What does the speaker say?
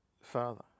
father